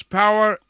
power